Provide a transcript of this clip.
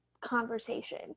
conversation